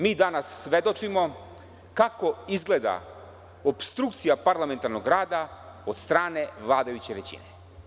Mi danas svedočimo kako izgleda opstrukcija parlamentarnog rada od strane vladajuće većine.